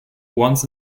once